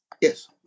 Yes